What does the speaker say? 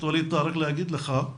רק להגיד לך,